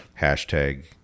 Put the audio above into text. Hashtag